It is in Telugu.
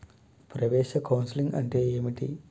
ప్రవేశ కౌన్సెలింగ్ అంటే ఏమిటి?